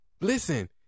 Listen